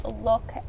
look